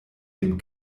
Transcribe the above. dem